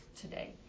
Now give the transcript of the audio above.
today